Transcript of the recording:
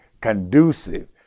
conducive